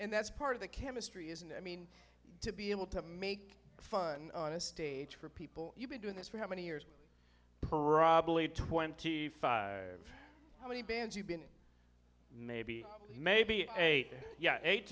that's part of the chemistry isn't it i mean to be able to make fun on a stage for people you've been doing this for how many years parabole twenty five how many bands you've been in maybe maybe eight yeah eight